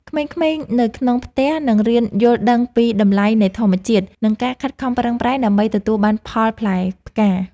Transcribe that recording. ក្មេងៗនៅក្នុងផ្ទះនឹងរៀនយល់ដឹងពីតម្លៃនៃធម្មជាតិ និងការខិតខំប្រឹងប្រែងដើម្បីទទួលបានផលផ្លែផ្កា។